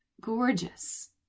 Gorgeous